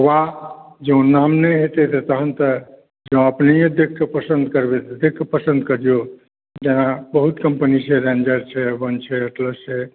वा जँ नाम नहि हेतै तऽ तहन तऽ अपनहे देखिकऽ पसंद करबै तऽ देखि कऽ पसन्द करियौ जेना बहुत कम्पनी छै रेंजर छै एवन छै एटलस छै